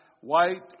White